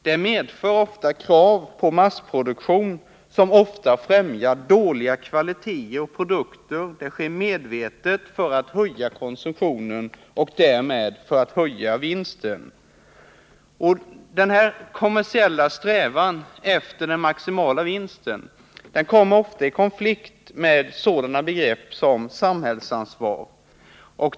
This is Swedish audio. Det medför krav på massproduktion, som ofta främjar dålig kvalitet. Det sker medvetet för att höja konsumtionen och därmed för att öka vinsten. Denna kommersiella strävan efter maximal vinst kommer ofta i konflikt med sådana begrepp som samhällsansvar.